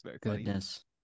Goodness